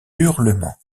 hurlements